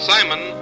Simon